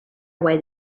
away